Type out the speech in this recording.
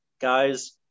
Guys